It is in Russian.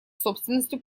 собственностью